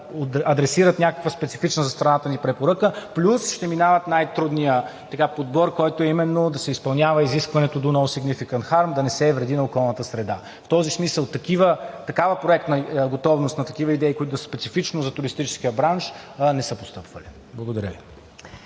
ще адресират някаква специфична за страната ни препоръка, плюс ще минават най-трудния подбор, който е именно да се изпълнява изискването Do not significant harm – да не се вреди на околната среда. В този смисъл такава проектна готовност на такива идеи, които да са специфично за туристическия бранш, не са постъпвали. Благодаря